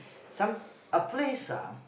some a place ah